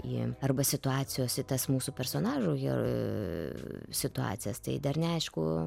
į arba situacijos į tas mūsų personažų ir situacijas tai dar neaišku